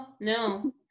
no